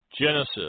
Genesis